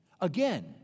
Again